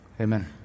Amen